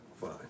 Fine